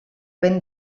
vent